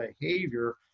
behavior